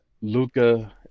Luca